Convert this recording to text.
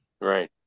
Right